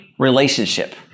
relationship